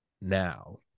now